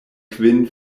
kvin